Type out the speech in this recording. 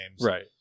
right